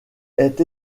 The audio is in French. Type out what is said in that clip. est